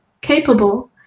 capable